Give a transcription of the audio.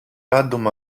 random